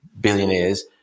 billionaires